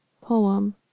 Poem